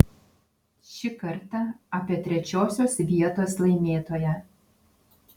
šį kartą apie trečiosios vietos laimėtoją